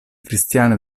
cristiane